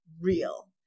real